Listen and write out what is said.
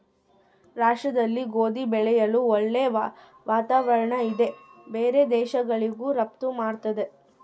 ರಷ್ಯಾದಲ್ಲಿ ಗೋಧಿ ಬೆಳೆಯಲು ಒಳ್ಳೆ ವಾತಾವರಣ ಇದೆ ಬೇರೆ ದೇಶಗಳಿಗೂ ರಫ್ತು ಮಾಡ್ತದೆ